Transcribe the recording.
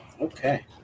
Okay